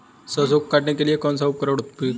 सरसों को काटने के लिये कौन सा उपकरण उपयुक्त है?